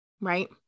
right